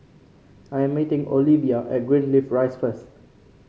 I'm meeting Olevia at Greenleaf Rise first